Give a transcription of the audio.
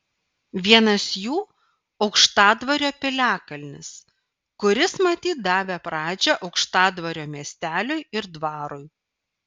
vienas jų aukštadvario piliakalnis kuris matyt davė pradžią aukštadvario miesteliui ir dvarui